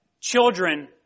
children